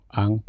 ang